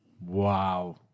Wow